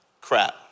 crap